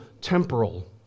temporal